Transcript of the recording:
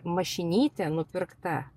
mašinytė nupirkta